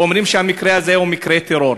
שהמקרה הזה הוא מקרה טרור.